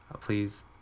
please